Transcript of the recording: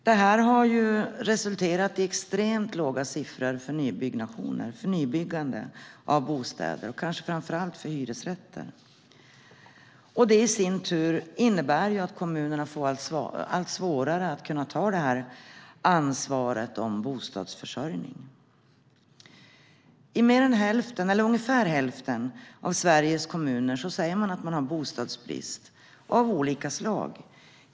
Det här har resulterat i extremt låga siffror för nybyggande av bostäder, kanske framför allt för hyresrätter. Det i sin tur innebär att kommunerna får allt svårare att kunna ta ansvar för bostadsförsörjningen. I ungefär hälften av Sveriges kommuner säger man att man har bostadsbrist av olika slag.